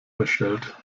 verstellt